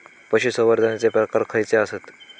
पशुसंवर्धनाचे प्रकार खयचे आसत?